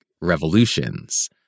revolutions